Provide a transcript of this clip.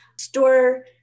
store